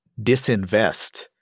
disinvest